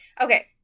Okay